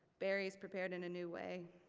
berries prepared in a new way,